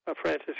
Francis